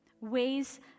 ways